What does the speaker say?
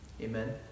Amen